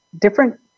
different